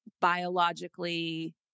biologically